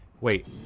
wait